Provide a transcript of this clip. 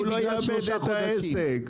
הוא לא יאבד את העסק.